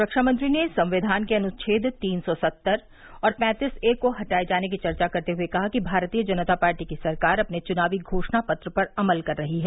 रक्षामंत्री ने संविधान के अनुच्छेद तीन सौ सत्तर और पैंतीस ए को हटाये जाने की चर्चा करते हए कहा कि भारतीय जनता पार्टी की सरकार अपने चुनावी घोषणापत्र पर अमल कर रही है